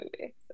movie